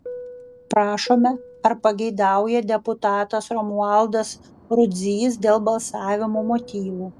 prašome ar pageidauja deputatas romualdas rudzys dėl balsavimo motyvų